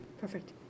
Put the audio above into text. Perfect